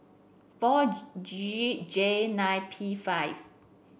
four G J nine P five